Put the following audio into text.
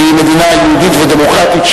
שהיא מדינה יהודית ודמוקרטית,